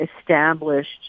established